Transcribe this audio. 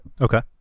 Okay